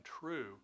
true